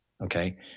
Okay